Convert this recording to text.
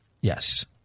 Yes